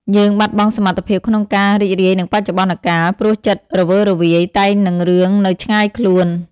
យើងបាត់បង់សមត្ថភាពក្នុងការ "រីករាយនឹងបច្ចុប្បន្នកាល" ព្រោះចិត្តរវើរវាយតែងនឹងរឿងនៅឆ្ងាយខ្លួន។